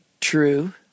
True